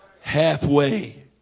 Halfway